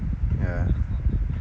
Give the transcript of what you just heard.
ya